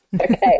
Okay